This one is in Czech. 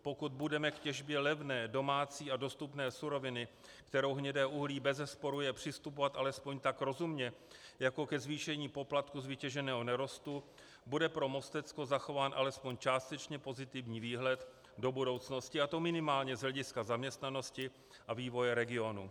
Pokud budeme k těžbě levné, domácí a dostupné suroviny, kterou hnědé uhlí bezesporu je, přistupovat alespoň tak rozumně jako ke zvýšení poplatku z vytěženého nerostu, bude pro Mostecko zachován alespoň částečně pozitivní výhled do budoucnosti, a to minimálně z hlediska zaměstnanosti a vývoje regionu.